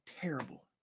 terrible